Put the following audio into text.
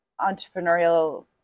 entrepreneurial